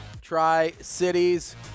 Tri-Cities